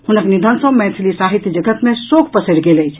हुनक निधन सँ मैथिली साहित्य जगत मे शोक पसरि गेल अछि